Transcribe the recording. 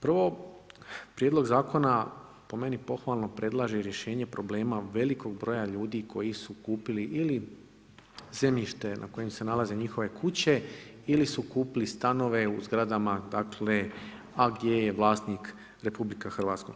Prvo, prijedlog zakona po meni pohvalno predlaže i rješenje problema velikog broja ljudi koji su kupili ili zemljište na kojem se nalaze njihove kuće ili su kupili stanove u zgradama, a gdje je vlasnik RH.